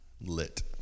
lit